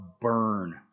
burn